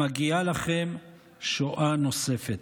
מגיעה לכם שואה נוספת.